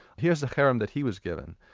here's the cherem that he was given.